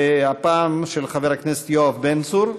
הפעם של חבר הכנסת יואב בן צור.